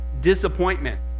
Disappointment